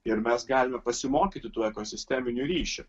ir mes galime pasimokyti tų ekosisteminių ryšių